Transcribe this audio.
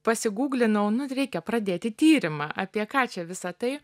pasiguglinau nu reikia pradėti tyrimą apie ką čia visa tai